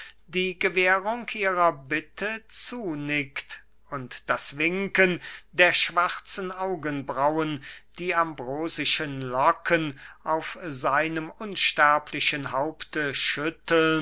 die gewährung ihrer bitte zunickt und das winken der schwarzen augenbraunen die ambrosischen locken auf seinem unsterblichen haupte schüttelnd